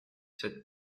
cette